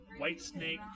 Whitesnake